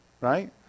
right